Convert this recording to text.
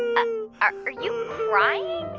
um are are you crying?